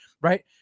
Right